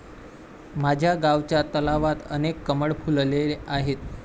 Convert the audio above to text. माझ्या गावच्या तलावात अनेक कमळ फुलले आहेत